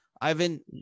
Ivan